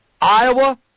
Iowa